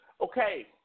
Okay